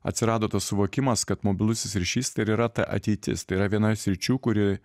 atsirado tas suvokimas kad mobilusis ryšys tai ir yra ta ateitis tai yra viena iš sričių kuri